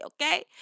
okay